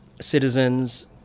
citizens